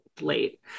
late